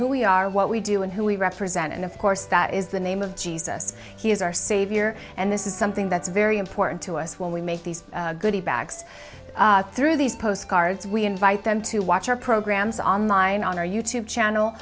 who we are what we do and who we represent and of course that is the name of jesus he is our savior and this is something that's very important to us when we make these goody bags through these postcards we invite them to watch our programs on line on our you tube channel